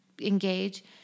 engage